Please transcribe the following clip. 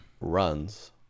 Runs